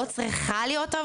לא צריכה להיות,